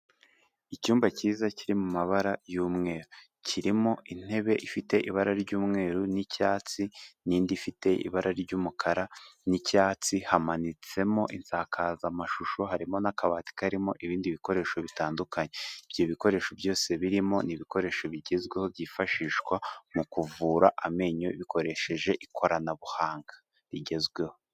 Icyumba cyiza kiri mu mabara y'umweru, kirimo intebe ifite ibara ry'umweru n'icyatsi n'indi ifite ibara ry'umukara n'icyatsi, hamanitsemo insakazamashusho, harimo n'akabati karimo ibindi bikoresho bitandukanye, ibyo bikoresho byose birimo ni ibikoresho bigezweho byifashishwa mu kuvura amenyo, bikoresheje ikoranabuhanga rigezweho.